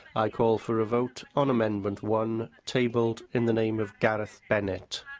i call for a vote on amendment one, tabled in the name of gareth bennett.